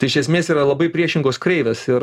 tai iš esmės yra labai priešingos kreivės ir